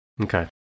Okay